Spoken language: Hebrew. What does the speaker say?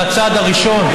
זה הצעד הראשון,